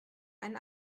ein